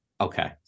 Okay